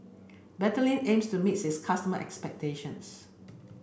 Betadine aims to meet its customer expectations